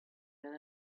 than